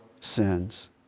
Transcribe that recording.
sins